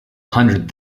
hundred